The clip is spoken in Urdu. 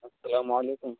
السلام علیکم